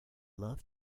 love